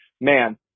man